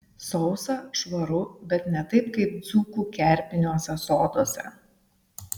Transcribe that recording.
sausa švaru bet ne taip kaip dzūkų kerpiniuose soduose